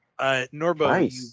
Norbo